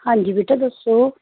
ਹਾਂਜੀ ਬੇਟਾ ਦੱਸੋ